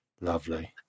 Lovely